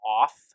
off